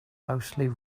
mostly